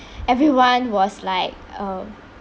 everyone was like uh